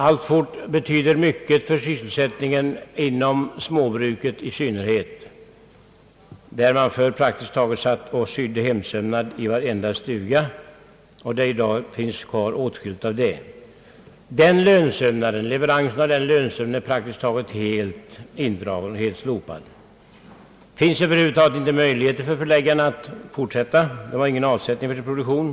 Den har betytt mycket i synnerhet för småbruket, där den tidigare förekom hemsömnad i praktiskt taget varje stuga. Det finns i våra dagar kvar åtskilligt av denna hemsömnad. Beställningarna av sådan lönsömnad har dock nu nästan helt slopats. Det finns över huvud taget ingen möjlighet för förläggarna att fortsätta. De har ingen avsättning för produktionen.